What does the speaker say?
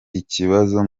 ikibazo